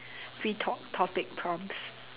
free talk topic prompts